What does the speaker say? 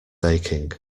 aching